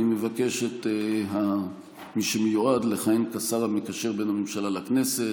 אני מבקש את מי שמיועד לכהן כשר המקשר בין הממשלה לכנסת,